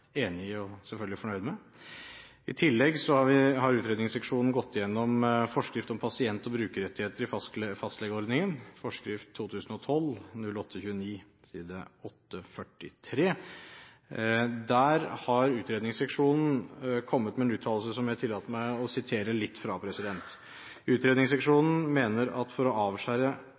enig i og selvfølgelig er fornøyd med. I tillegg har utredningsseksjonen gått igjennom forskrift om pasient- og brukerrettigheter i fastlegeordningen, forskrift 2012–08-29-843. Der har utredningsseksjonen kommet med en uttalelse som jeg tillater meg å sitere litt fra: «Utredningsseksjonen mener at for å avskjære